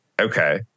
Okay